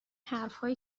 حرفهایی